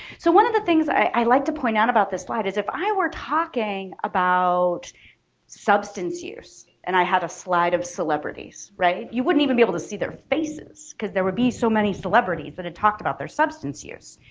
so one of the things i like to point out about this slide is if i were talking about substance use and i had a slide of celebrities right you wouldn't even be able to see their faces because there would be so many celebrities that had talked about their substance use.